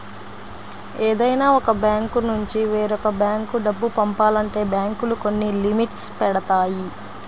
ఏదైనా ఒక బ్యాంకునుంచి వేరొక బ్యేంకు డబ్బు పంపాలంటే బ్యేంకులు కొన్ని లిమిట్స్ పెడతాయి